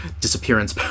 disappearance